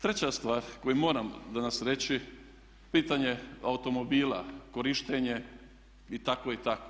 Treća stvar koju moram danas reći pitanje automobila, korištenje i tako i tako.